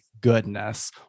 goodness